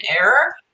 error